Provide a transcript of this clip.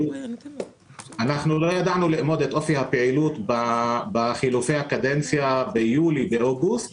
אנחנו לא ידענו לאמוד את אופי הפעילות בחילופי הקדנציה ביולי-אוגוסט